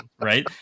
right